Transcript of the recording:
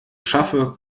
schaffe